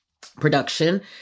production